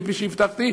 כפי שהבטחתי,